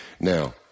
Now